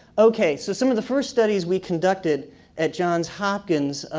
okay, so some of the first studies we conducted at johns hopkins,